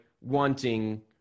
wanting